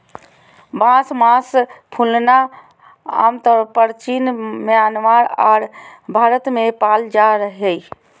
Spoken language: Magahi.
बांस मास फूलना आमतौर परचीन म्यांमार आर भारत में पाल जा हइ